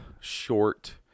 short